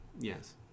Yes